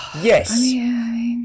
Yes